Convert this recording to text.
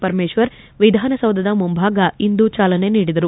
ಪರಮೇಶ್ವರ್ ವಿಧಾನಸೌಧದ ಮುಂಭಾಗ ಇಂದು ಚಾಲನೆ ನೀಡಿದರು